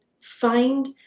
find